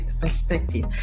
perspective